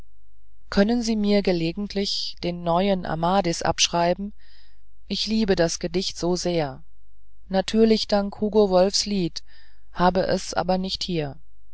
können sie mir gelegentlich den neuen amadis abschreiben ich liebe das gedicht so sehr natürlich dank hugo wolffs lied habe es aber nicht hier